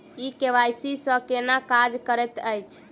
ई KYC केना काज करैत अछि?